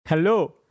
Hello